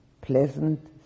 pleasant